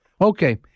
Okay